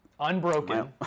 Unbroken